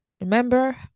remember